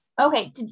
Okay